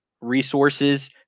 resources